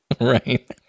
Right